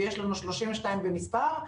ויש לנו 32 במספר,